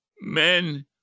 Men